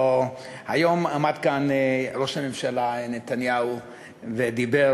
או היום עמד כאן ראש הממשלה נתניהו ודיבר